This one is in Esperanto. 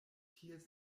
ties